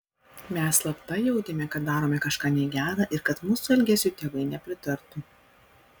mes slapta jautėme kad darome kažką negera ir kad mūsų elgesiui tėvai nepritartų